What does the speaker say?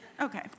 okay